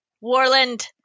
Warland